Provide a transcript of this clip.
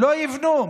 לא יבנו.